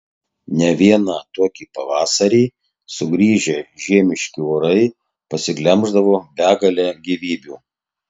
ne vieną tokį pavasarį sugrįžę žiemiški orai pasiglemždavo begalę gyvybių